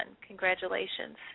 Congratulations